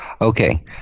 Okay